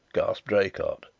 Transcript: gasped draycott.